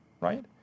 Right